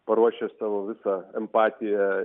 paruošę savo visą empatiją